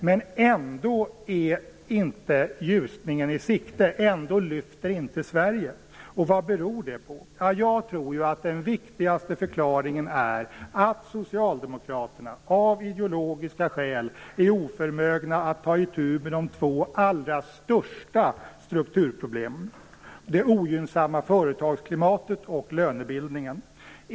Trots detta är ljusningen inte i sikte. Sverige lyfter inte. Vad beror det på? Jag tror att den viktigaste förklaringen är att socialdemokraterna av ideologiska skäl är oförmögna att ta itu med de två största strukturproblemen: det ogynnsamma företagsklimatet och lönebildningen.